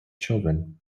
children